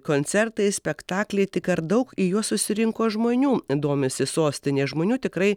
koncertai spektakliai tik ar daug į juos susirinko žmonių domisi sostinė žmonių tikrai